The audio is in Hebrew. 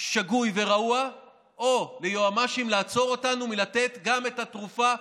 שגוי ורעוע או ליועמ"שים לעצור אותנו מלתת גם את התרופה,